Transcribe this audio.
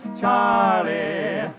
Charlie